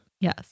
Yes